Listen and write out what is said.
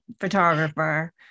photographer